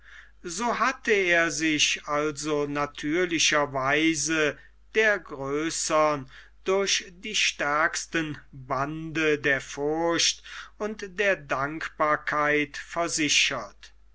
so hatte er sich also natürlicherweise der größeren durch die stärksten bande der furcht und der dankbarkeit versichert